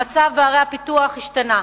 המצב בערי הפיתוח השתנה.